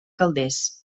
calders